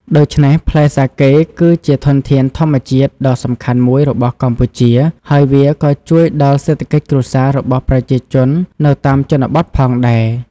ដូច្នេះ ផ្លែសាកេគឺជាធនធានធម្មជាតិដ៏សំខាន់មួយរបស់កម្ពុជា ហើយវាក៏ជួយដល់សេដ្ឋកិច្ចគ្រួសាររបស់ប្រជាជននៅតាមជនបទផងដែរ។